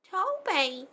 Toby